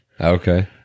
okay